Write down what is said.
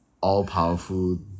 all-powerful